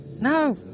No